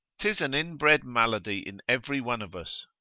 tis an inbred malady in every one of us,